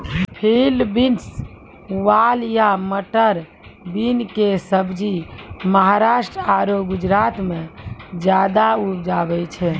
field beans, वाल या butter bean कॅ सब्जी महाराष्ट्र आरो गुजरात मॅ ज्यादा उपजावे छै